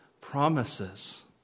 promises